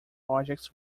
projects